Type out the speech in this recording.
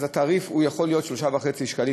אז התעריף יכול להיות 3.5 שקלים,